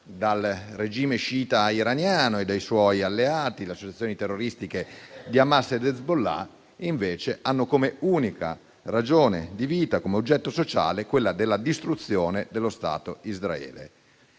dal regime sciita iraniano e dai suoi alleati, le associazioni terroristiche di Hamas ed Hezbollah - hanno come unica ragione di vita, come oggetto sociale la distruzione dello Stato di Israele.